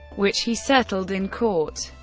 which he settled in court.